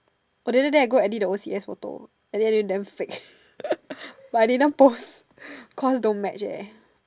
oh then then I go edit the O_C_S photo then then damn fake but I didn't post cause don't match eh